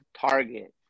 target